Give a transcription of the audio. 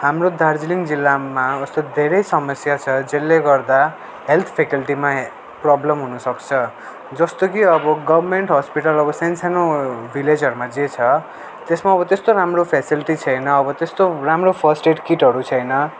हाम्रो दार्जिलिङ जिल्लामा अवस्थित धेरै समस्या छ जसले गर्दा हेल्थ फ्याकल्टीमा प्रब्लम हुनसक्छ जस्तो कि अब गभर्मेन्ट हस्पिटल अब सानसानो भिलेजहरूमा जे छ त्यसमा अब त्यस्तो राम्रो फ्यासिलिटिस् छैन अब त्यस्तो राम्रो फर्स्ट एड किटहरू छैन